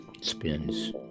spins